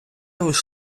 лиш